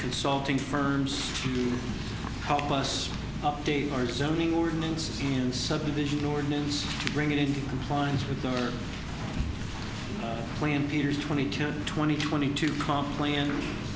consulting firms to help us update hard zoning ordinance in subdivision ordinance to bring it into compliance with our plan piers twenty twenty twenty two complainers